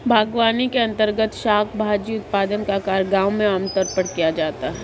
बागवानी के अंर्तगत शाक भाजी उत्पादन का कार्य गांव में आमतौर पर किया जाता है